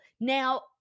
Now